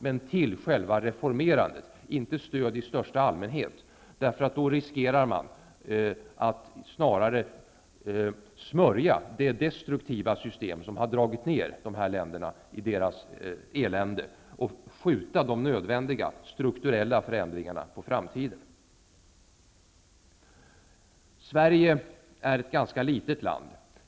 Men stödet skall ges till själva reformarbetet. Det skall inte vara fråga om ett stöd i största allmänhet, för då finns risken att man snarare smörjer det destruktiva system som har dragit ner de här länderna i elände och att man skjuter nödvändiga strukturella förändringar på framtiden. Sverige är ett ganska litet land.